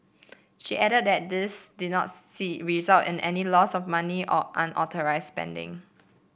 she added that this did not see result in any loss of money or unauthorised spending